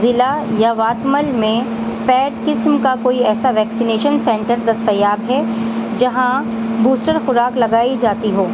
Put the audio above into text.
ضلع یاوتمال میں پیڈ قسم کا کوئی ایسا ویکسینیشن سنٹر دستیاب ہے جہاں بوسٹر خوراک لگائی جاتی ہو